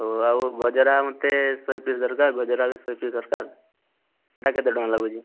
ହେଉ ଆଉ ଗାଜରା ମୋତେ ଶହେ ପିସ୍ ଦରକାର ଗଜରା ବି ଶହେ ପିସ୍ ଦରକାର ସେଟା କେତେ ଟଙ୍କା ଲାଗୁଛି